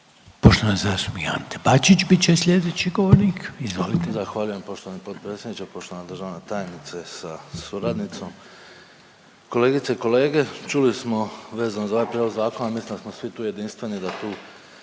Poštovani zastupnik Ante Bačić bit će slijedeći govornik, izvolite. **Bačić, Ante (HDZ)** Zahvaljujem poštovani potpredsjedniče. Poštovana državna tajnice sa suradnicom, kolegice i kolege, čuli smo vezano za ovaj prijedlog zakona, mislim da smo svi tu jedinstveni, da tu